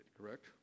correct